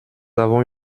avons